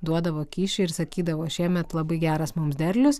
duodavo kyšį ir sakydavo šiemet labai geras mums derlius